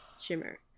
Shimmer